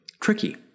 Tricky